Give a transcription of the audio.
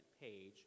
page